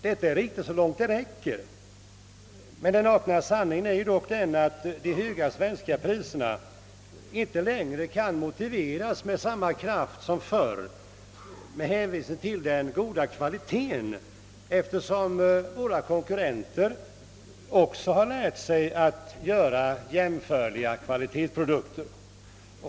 Detta är riktigt i och för sig, men den nakna sanningen är att de höga svenska priserna inte längre med samma kraft som förr kan motiveras med hänvisning till den höga kvalitén, eftersom våra konkurrenter lärt sig att göra jämförliga kvalitetsprodukter.